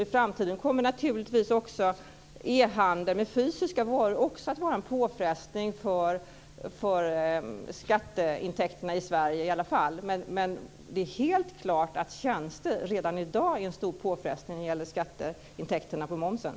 I framtiden kommer naturligtvis också e-handeln med fysiska varor att vara en påfrestning för skatteintäkterna i Sverige. Men det är helt klart att handeln med tjänster redan i dag är en stor påfrestning vad gäller skatteintäkterna från momsen.